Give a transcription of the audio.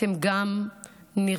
אתם גם נרדפים,